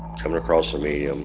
coming across the median.